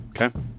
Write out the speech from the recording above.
Okay